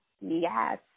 Yes